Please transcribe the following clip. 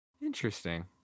Interesting